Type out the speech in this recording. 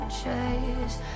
chase